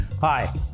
Hi